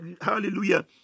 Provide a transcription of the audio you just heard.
hallelujah